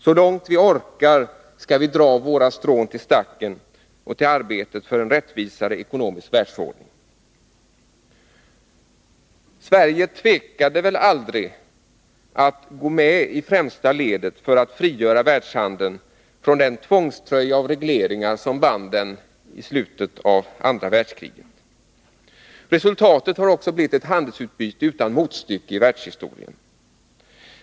Så långt vi orkar skall vi dra våra strån till arbetet för en rättvisare ekonomisk världsordning. Sverige tvekade aldrig att gå med i främsta ledet för att frigöra världshandeln från den tvångströja av regleringar som band den i slutet av andra världskriget. Resultatet har också blivit ett handelsutbyte utan motstycke i världshistorien.